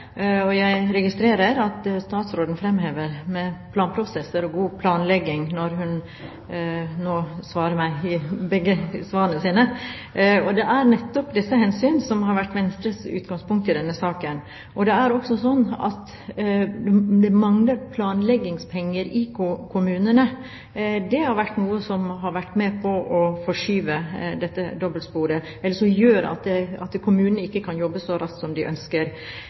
Jeg registrerer at statsråden fremhever planprosesser og god planlegging i begge svarene sine. Og det er nettopp disse hensyn som har vært Venstres utgangspunkt i denne saken. Det er også sånn at det mangler planleggingspenger i kommunene. Det har vært med på å forskyve dette dobbeltsporet eller gjort at kommunene ikke kan jobbe så raskt som de ønsker.